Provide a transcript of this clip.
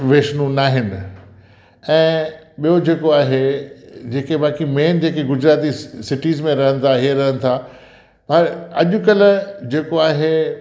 वैष्नो नाहिनि ऐं ॿियो जेको आहे जेके बाक़ी मेन जेके गुजराती सि सिटीज़ में रहनि था हे रहनि था ह अॼुकल्ह जेको आहे